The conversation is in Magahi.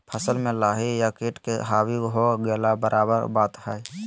फसल में लाही या किट के हावी हो गेला बराबर बात हइ